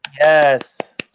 Yes